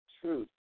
truth